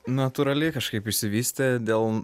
natūraliai kažkaip išsivystė dėl